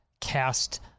cast